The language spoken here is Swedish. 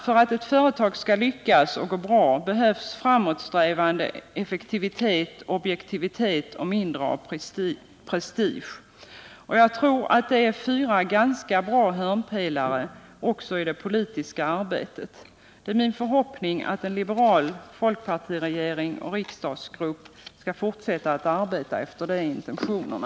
För att ett företag skall lyckas och gå bra behövs framåtsträvande, effektivitet, objektivitet och mindre av prestige. Jag tror, herr talman, att det är fyra ganska bra hörnpelare också i det politiska arbetet. Det är min förhoppning att en liberal folkpartiregering och riksdagsgrupp skall fortsätta att arbeta efter de intentionerna.